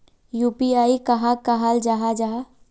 UPI कहाक कहाल जाहा जाहा?